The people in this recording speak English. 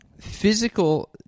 physical